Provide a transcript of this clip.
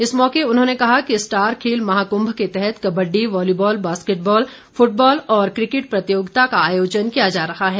इस मौके उन्होंने कहा कि स्टार खेल महाकुंभ के तहत कबड्डी वॉलीबॉल बास्केटबॉल फुटबॉल और क्रिकेट प्रतियोगिता का आयोजन किया जा रहा है